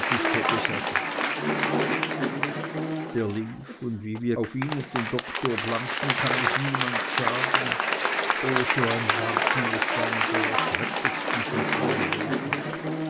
der lief und wie wir auf ihn und den doktor blangten kann niemand sagen o so ein warten ist eine der erschrecklichsten sachen im leben